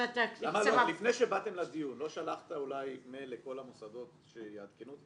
לפני שבאתם לדיון לא שלחת אולי מייל לכל המוסדות שיעדכנו?